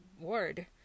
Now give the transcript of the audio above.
word